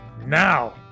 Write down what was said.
Now